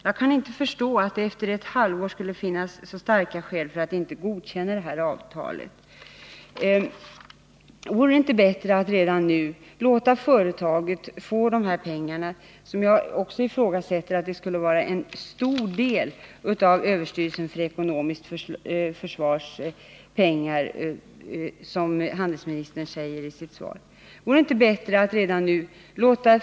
Jag kan inte förstå att det efter ett halvår skulle finnas så starka skäl för att inte godkänna detta avtal. Vore det inte bättre att redan nu låta företaget få dessa pengar och göra en rekonstruktion? Jag ifrågasätter också att det skulle vara ”en stor del” av de resurser som kan avsättas inom det ekonomiska försvaret, som handelsministern säger i sitt svar.